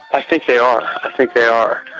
i think they are. i think they are.